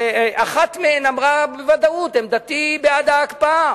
שאחת מהן אמרה בוודאות: עמדתי בעד ההקפאה,